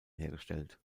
hergestellt